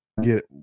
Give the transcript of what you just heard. get